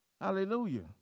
Hallelujah